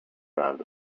brand